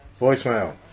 Voicemail